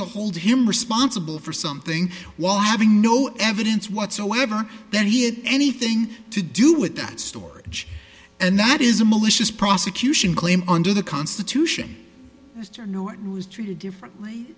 to hold him responsible for something while having no evidence whatsoever that he had anything to do with that story and that is a malicious prosecution claim under the constitution mr knew it was treated differently